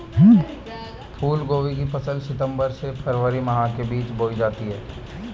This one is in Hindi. फूलगोभी की फसल सितंबर से फरवरी माह के बीच में बोई जाती है